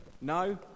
No